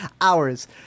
hours